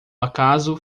acaso